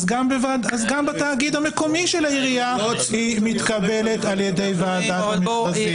אז גם בתאגיד המקומי של העירייה היא מתקבלת על ידי ועדת המכרזים.